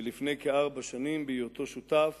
ולפני כארבע שנים בהיותו שותף